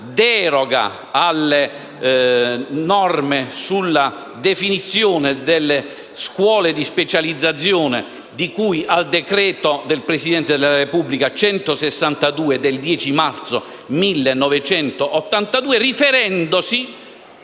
deroga alle norme sulla definizione delle scuole di specializzazione, di cui al decreto del Presidente della Repubblica 10 marzo 1982, n. 162, riferendosi